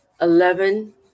eleven